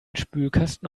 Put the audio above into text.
spülkasten